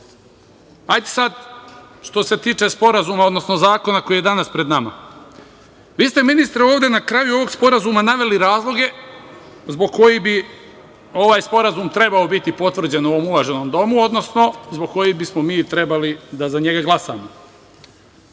za vas. Što se tiče Sporazuma, odnosno Zakona koji je danas pred nama, vi ste, ministre, ovde na kraju ovog sporazuma naveli razloge zbog kojih bi ovaj sporazum trebao biti potvrđen, u ovom uvaženom domu, odnosno zbog kojih bismo mi trebali da za njega glasamo.